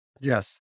Yes